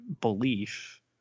belief